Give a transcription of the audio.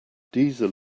diesel